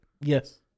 Yes